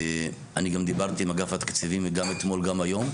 אני דיברתי עם אגף התקציבים גם אתמול, גם היום.